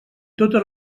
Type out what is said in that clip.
totes